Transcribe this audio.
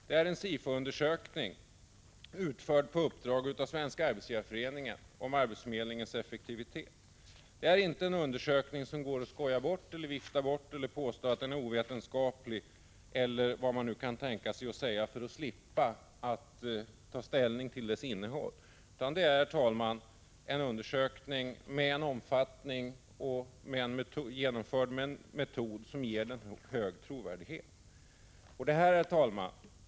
Det är en SIFO undersökning om arbetsförmedlingens effektivitet, utförd på uppdrag av Svenska arbetsgivareföreningen. Det är en undersökning som det inte går att skoja bort eller vifta bort. Man kan inte påstå att den är ovetenskaplig, eller vad man nu kan tänka sig att säga för att slippa att ta ställning till dess innehåll. Undersökningen är omfattande och genomförd med en metod som ger den hög trovärdighet.